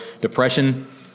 depression